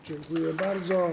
Dziękuję bardzo.